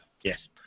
Yes